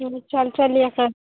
ହଁ ଚାଲି ଚାଲି ଏକା